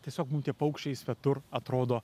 tiesiog mum tie paukščiai svetur atrodo